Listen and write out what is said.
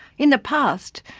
in the past,